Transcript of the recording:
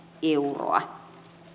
euroa